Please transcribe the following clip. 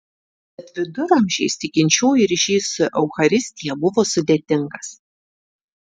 tad viduramžiais tikinčiųjų ryšys su eucharistija buvo sudėtingas